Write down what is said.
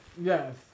Yes